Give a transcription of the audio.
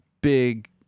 big